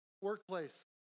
workplace